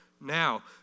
now